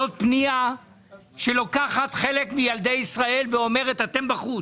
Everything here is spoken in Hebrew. זאת פנייה שלוקחת חלק מילדי ישראל ואומרת אתם בחוץ.